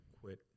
quit